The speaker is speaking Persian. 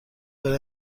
برای